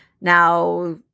Now